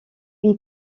une